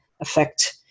affect